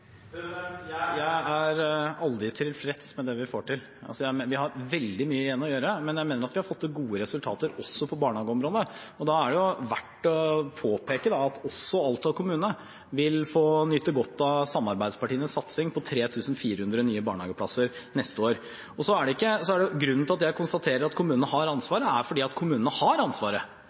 vi får til. Vi har veldig mye igjen å gjøre, men jeg mener at vi har fått til gode resultater, også på barnehageområdet, og da er det verdt å påpeke at også Alta kommune vil få nyte godt av samarbeidspartienes satsing på 3 400 nye barnehageplasser neste år. Grunnen til at jeg konstaterer at kommunene har ansvaret, er at kommunene har ansvaret.